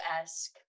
ask